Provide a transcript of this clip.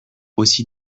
aussi